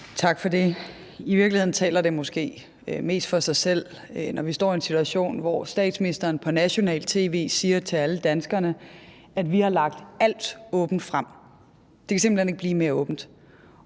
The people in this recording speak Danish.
Tak for det. I virkeligheden taler det måske for selv, at det, når vi står i en situation, hvor statsministeren på nationalt tv siger til alle danskerne, at man har lagt alt åbent frem, og at det simpelt hen ikke kan blive mere åbent,